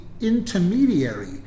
intermediary